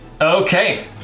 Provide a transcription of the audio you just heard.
Okay